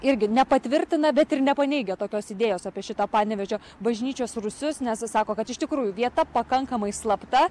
irgi nepatvirtina bet ir nepaneigia tokios idėjos apie šitą panevėžio bažnyčios rūsius nes sako kad iš tikrųjų vieta pakankamai slapta